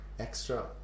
extra